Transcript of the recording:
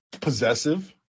possessive